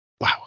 wow